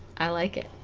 i like it